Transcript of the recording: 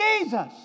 Jesus